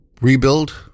rebuild